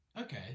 Okay